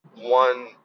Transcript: one